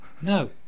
No